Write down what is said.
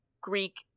greek